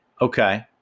Okay